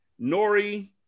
Nori